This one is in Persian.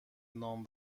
نام